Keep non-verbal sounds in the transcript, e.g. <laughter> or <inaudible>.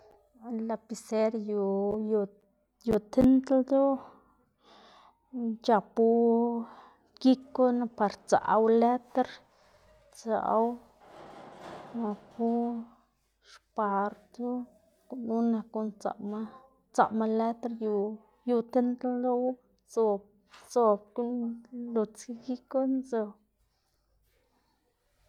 lapiser yu, yu yu tind ldoꞌ c̲h̲apu gikuna par dzaꞌwu leter, dzaꞌwu <noise> c̲h̲apu xpartu, gunu nak guꞌn dzaꞌma, dzaꞌma leter yu yu tind ldoꞌwu, zob zob guꞌn nluts gikuna zob.